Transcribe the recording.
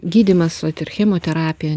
gydymas vat ir chemoterapija